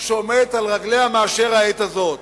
שעומדת על רגליה מאשר העת הזאת.